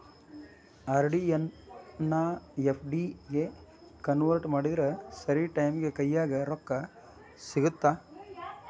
RD ಎನ್ನಾ FD ಗೆ convert ಮಾಡಿದ್ರ ಸರಿ ಟೈಮಿಗಿ ಕೈಯ್ಯಾಗ ರೊಕ್ಕಾ ಸಿಗತ್ತಾ